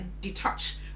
detach